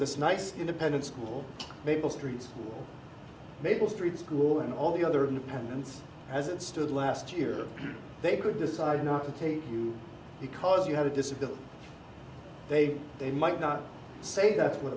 this nice independent school maple street maple street school and all the other independents as it stood last year they could decide not to take you because you had a disability they'd they might not say that's what